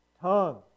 tongue